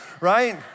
right